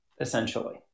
essentially